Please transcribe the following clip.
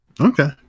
Okay